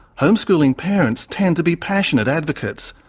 homeschooling parents tend to be passionate advocates.